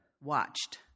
watched